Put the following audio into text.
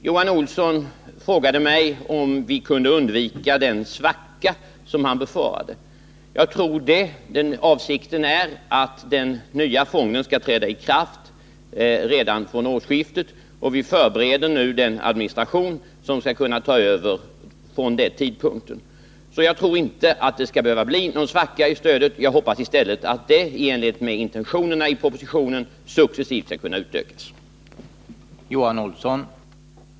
Johan Olsson frågade mig om vi kunde undvika den svacka som han befarade. Jag tror det. Avsikten är att den nya fonden skall träda i kraft redan vid årsskiftet, och vi förbereder nu den administration som skall kunna ta över från den tidpunkten. Jag tror alltså inte att det skall behöva bli någon svacka i fråga om detta stöd. Jag hoppas i stället att det i enlighet med intentionerna i propositionen successivt skall kunna utökas.